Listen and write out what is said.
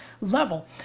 level